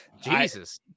Jesus